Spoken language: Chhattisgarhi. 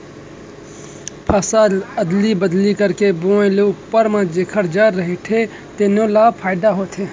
फसल अदली बदली करके बोए ले उप्पर म जेखर जर रहिथे तेनो ल फायदा होथे